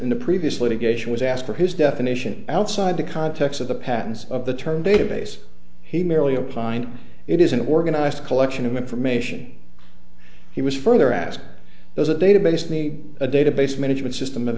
in the previous litigation was asked for his definition outside the context of the patterns of the term database he merely opined it is an organized collection of information he was further asked there's a database need a database management system of